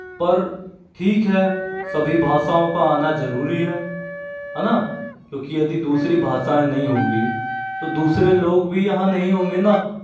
पर ठीक है सभी भाषाओं का आना ज़रूरी है है न क्योंकि यदि दूसरी भाषाएँ नहीं होगी तो दूसरे लोग भी यहाँ नहीं होंगे न